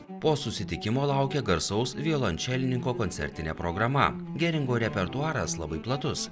po susitikimo laukia garsaus violončelininko koncertinė programa geringo repertuaras labai platus